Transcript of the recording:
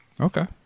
Okay